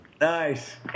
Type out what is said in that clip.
Nice